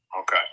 Okay